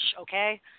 okay